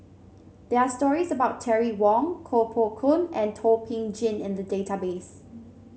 there are stories about Terry Wong Koh Poh Koon and Thum Ping Tjin in the database